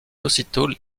aussitôt